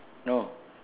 no